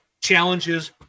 challenges